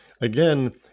again